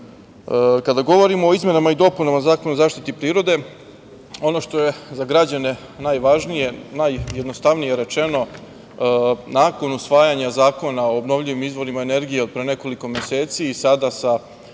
tema. Kada govorimo o izmenama i dopunama Zakona o zaštiti prirode, ono što je za građane najvažnije, najjednostavnije rečeno, nakon usvajanja Zakona o obnovljivim izvorima energije, jer pre nekoliko meseci i sada sa ovim izmenama